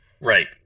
Right